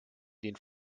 den